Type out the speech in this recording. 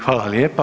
Hvala lijepa.